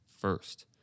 first